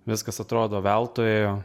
viskas atrodo veltui ėjo